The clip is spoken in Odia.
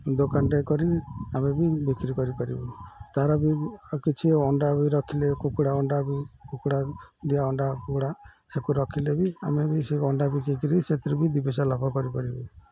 ଦୋକାନଟେ କରି ଆମେ ବି ବିକ୍ରି କରିପାରିବୁ ତା'ର ବି ଆଉ କିଛି ଅଣ୍ଡା ବି ରଖିଲେ କୁକୁଡ଼ା ଅଣ୍ଡା ବି କୁକୁଡ଼ା ଦିଆ ଅଣ୍ଡା କୁକୁଡ଼ା ସେକୁ ରଖିଲେ ବି ଆମେ ବି ସେ ଅଣ୍ଡା ବିକିକିରି ସେଥିରୁ ବି ଦୁଇପଇସା ଲାଭ କରିପାରିବୁ